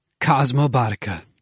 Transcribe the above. Cosmobotica